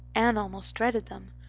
anne almost dreaded them.